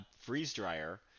freeze-dryer